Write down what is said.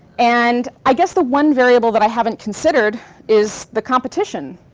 and i guess the one variable that i haven't considered is the competition.